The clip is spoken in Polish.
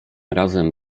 razem